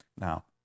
Now